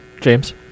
James